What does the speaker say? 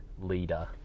leader